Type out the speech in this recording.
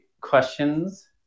questions